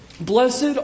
Blessed